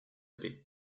paix